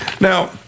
Now